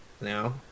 now